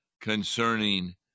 concerning